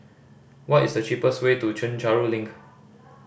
what is the cheapest way to Chencharu Link